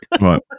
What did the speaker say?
Right